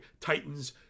Titans